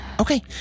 Okay